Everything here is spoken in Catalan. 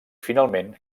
finalment